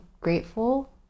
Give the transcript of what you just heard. grateful